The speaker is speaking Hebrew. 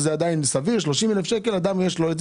יש בנק אחד שעד 7,500 שקלים משלם ריבית